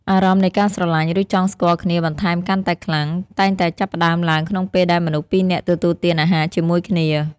អារម្មណ៍នៃការស្រឡាញ់ ឬចង់ស្គាល់គ្នាបន្ថែមកាន់តែខ្លាំង តែងតែចាប់ផ្តើមឡើងក្នុងពេលដែលមនុស្សពីនាក់ទទួលទានអាហារជាមួយគ្នា។